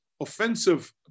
offensive